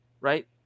right